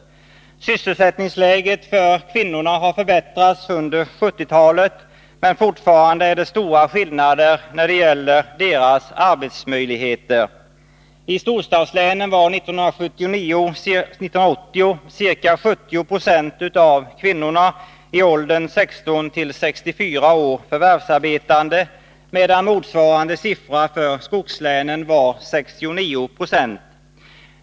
Sysselsättningsläget för kvinnorna har förbättrats under 1970-talet, men fortfarande är det stora skillnader när det gäller deras arbetsmöjligheter. I storstadslänen var 1980 ca 70 90 av kvinnorna i åldrarna 16-64 år förvärvsarbetande, medan motsvarande siffra för skogslänen var 69 920.